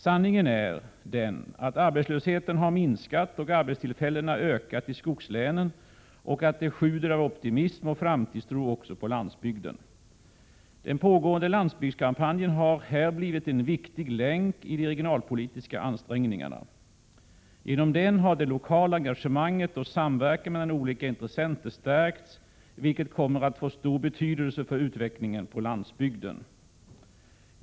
Sanningen är den att arbetslösheten har minskat och arbetstillfällena ökat i skogslänen och att det sjuder av optimism och framtidstro också på landsbygden. Den pågående landsbygdskampanjen har här blivit en viktig länk i de regionalpolitiska ansträngningarna. Genom den har det lokala engagemanget och samverkan mellan olika intressenter stärkts, vilket kommer att få stor betydelse för utvecklingen på landsbygden.